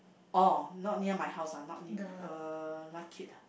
or not near my house ah not uh like it ah